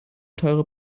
teure